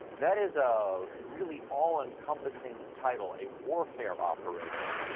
that is a really all-encompassing title, a warfare operator.